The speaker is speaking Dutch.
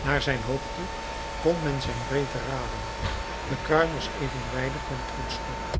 naar zijn hoogte kon men zijn breedte raden de kruin was evenwijdig met het voetstuk